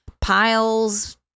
piles